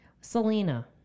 Selena